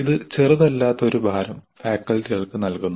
ഇത് ചെറുതല്ലാത്ത ഒരു ഭാരം ഫാക്കൽറ്റികൾക്ക് നൽകുന്നു